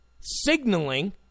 signaling